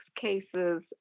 cases